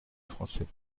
français